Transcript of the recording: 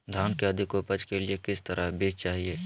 धान की अधिक उपज के लिए किस तरह बीज चाहिए?